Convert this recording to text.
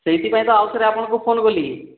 ସେଇଥିପାଇଁ ତ ଆଉ ଥରେ ଆପଣଙ୍କୁ ଫୋନ୍ କଲି